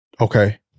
Okay